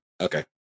Okay